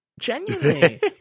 Genuinely